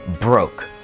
broke